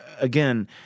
again